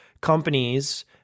companies